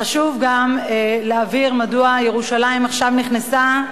חשוב גם להבהיר מדוע ירושלים נכנסה עכשיו.